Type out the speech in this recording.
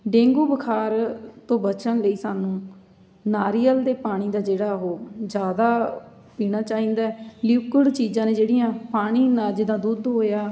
dengue ਬੁਖਾਰ ਤੋਂ ਬਚਣ ਲਈ ਸਾਨੂੰ ਨਾਰੀਅਲ ਦੇ ਪਾਣੀ ਦਾ ਜਿਹੜਾ ਉਹ ਜ਼ਿਆਦਾ ਪੀਣਾ ਚਾਹੀਦਾ ਲਿਕੁਡ ਚੀਜ਼ਾਂ ਨੇ ਜਿਹੜੀਆਂ ਪਾਣੀ ਨਾ ਜਿੱਦਾਂ ਦੁੱਧ ਹੋਇਆ